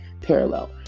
parallel